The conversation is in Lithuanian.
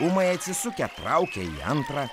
ūmai atsisukę traukia antrą